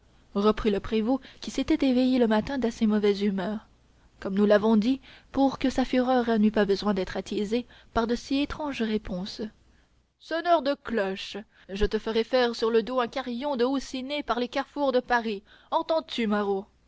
reprit le prévôt qui s'était éveillé le matin d'assez mauvaise humeur comme nous l'avons dit pour que sa fureur n'eût pas besoin d'être attisée par de si étranges réponses sonneur de cloches je te ferai faire sur le dos un carillon de houssines par les carrefours de paris entends-tu maraud